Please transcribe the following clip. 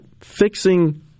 fixing